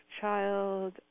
child